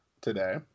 today